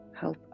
help